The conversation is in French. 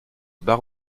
barre